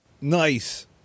Nice